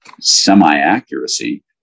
semi-accuracy